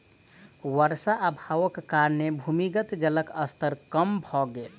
वर्षा अभावक कारणेँ भूमिगत जलक स्तर कम भ गेल